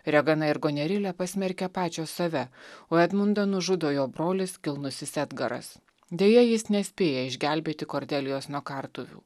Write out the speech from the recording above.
regana ir gonerilė pasmerkė pačios save o edmundą nužudo jo brolis kilnusis edgaras deja jis nespėja išgelbėti kordelijos nuo kartuvių